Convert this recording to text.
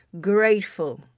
grateful